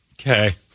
Okay